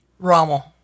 rommel